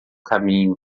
caminho